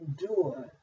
endure